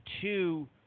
two